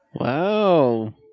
Wow